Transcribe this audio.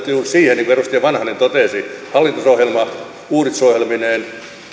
siihen niin kuin edustaja vanhanen totesi hallitusohjelma uudistusohjelmineen